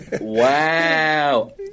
Wow